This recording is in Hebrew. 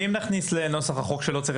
ואם נכניס לנוסח החוק שלא צריך